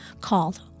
called